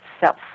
self